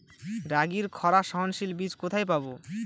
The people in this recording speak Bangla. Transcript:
রাগির খরা সহনশীল বীজ কোথায় পাবো?